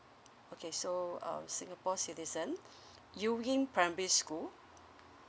okay so uh singapore citizen you ying primary school